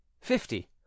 fifty